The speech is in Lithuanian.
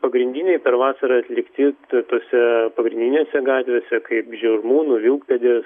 pagrindiniai per vasarą atlikti tose pagrindinėse gatvėse kaip žirmūnų vilkpėdės